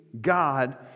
God